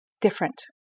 different